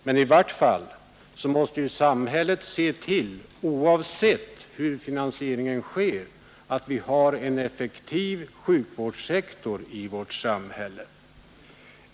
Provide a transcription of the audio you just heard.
Men i vart fall måste samhället se till, oavsett hur finansieringen sker, att vi har en effektiv sjukvårdssektor.